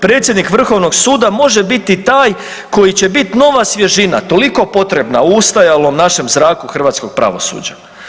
Predsjednik Vrhovnog suda može biti taj koji će biti nova svježina toliko potrebna u ustajalom našem zraku hrvatskog pravosuđa.